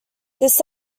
this